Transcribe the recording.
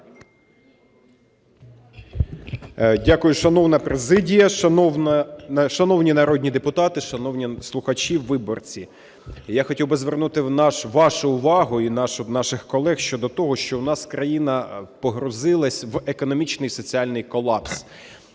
Дякую. Шановна президія! Шановні народні депутати! Шановні слухачі, виборці! Я хотів би звернути вашу увагу і наших колег щодо того, що в нас країна погрузилась в економічний і соціальний колапс.